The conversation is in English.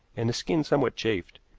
and the skin somewhat chafed.